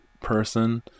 person